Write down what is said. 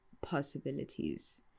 possibilities